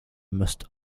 must